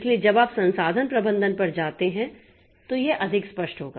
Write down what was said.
इसलिए जब आप संसाधन प्रबंधन पर जाते हैं तो यह अधिक स्पष्ट होगा